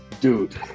Dude